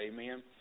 Amen